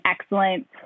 excellent